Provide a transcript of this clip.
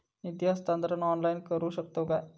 निधी हस्तांतरण ऑनलाइन करू शकतव काय?